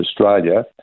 Australia